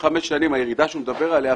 הירידה שהוא מדבר עליה,